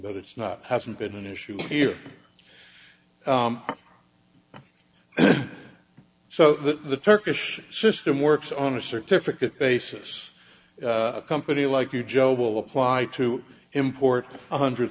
but it's not hasn't been an issue here and so the turkish system works on a certificate basis a company like you joe will apply to import one hundred